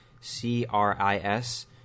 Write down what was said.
C-R-I-S